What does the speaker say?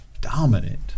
dominant